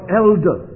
elder